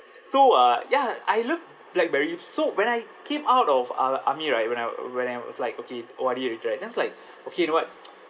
so uh ya I love blackberry so when I came out of uh army right when I when I was like okay O_R_D already right then is like okay you know what